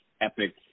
epic